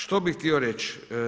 Što bih htio reći.